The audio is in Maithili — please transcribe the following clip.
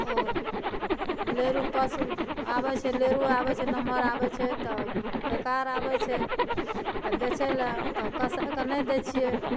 आओर लेरु पशु आबै छै लेरु आबै छै नम्हर आबै छै तब पैकार आबै छै तऽ बेचै लए तऽ ओ कसाइके नहि दै छियै